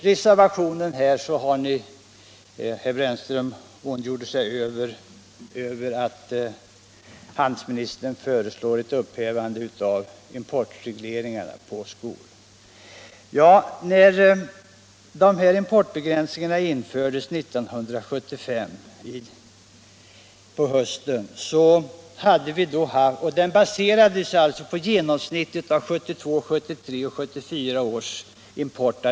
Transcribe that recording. rådet Herr Brännström ondgjorde sig över att handelsministern föreslår ett upphävande av importregleringen på skor. När dessa importbegränsningar infördes på hösten 1975, baserades de på den genomsnittliga importen av läderskor under åren 1972, 1973 och 1974.